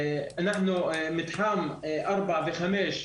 אנחנו מקווים שבמתחם ארבע וחמש,